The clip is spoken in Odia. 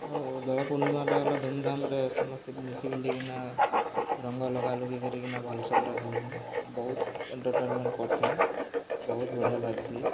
ଆଉ ଦୋଳ ପୂର୍ଣ୍ଣିମାଟା ହେଲା ଧୁମ୍ଧାମ୍ରେ ସମସ୍ତେ ମିଶି ବୁଲିକିନା ରଙ୍ଗ ଲଗା ଲୁଗେଇ କରିକିନା ଭଲ୍ସେ ପୁରା ଖେଲୁଛୁଁ ବହୁତ ଏଣ୍ଟରଟେନମେଣ୍ଟ କରୁଛୁନ୍ ବହୁତ ବଢ଼ିଆ ଲାଗ୍ସି